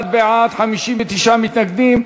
61 בעד, 59 מתנגדים.